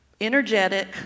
energetic